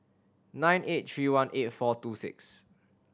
nine eight three one eight four two six